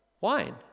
Wine